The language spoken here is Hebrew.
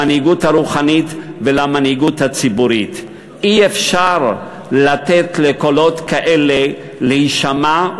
למנהיגות הרוחנית ולמנהיגות הציבורית: אי-אפשר לתת לקולות כאלה להישמע,